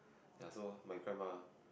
ya so my grandma